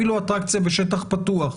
אפילו אטרקציה בשטח פתוח.